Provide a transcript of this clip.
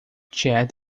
chad